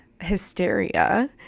hysteria